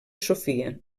sofia